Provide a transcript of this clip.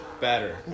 Better